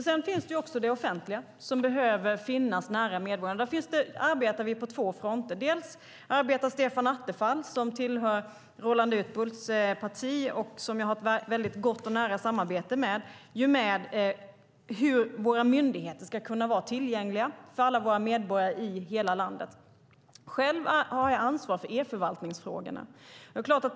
Sedan behöver också det offentliga finnas nära medborgarna. Där arbetar vi på två fronter. Stefan Attefall, som tillhör Roland Utbults parti och som jag har ett väldigt gott och nära samarbete med, arbetar med hur våra myndigheter ska kunna vara tillgängliga för alla medborgare i hela landet. Själv har jag ansvar för e-förvaltningsfrågorna.